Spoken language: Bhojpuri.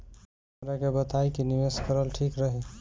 हमरा के बताई की निवेश करल ठीक रही?